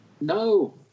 No